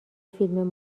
فیلم